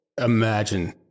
Imagine